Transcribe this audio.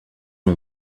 mon